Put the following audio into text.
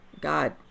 God